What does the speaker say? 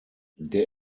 der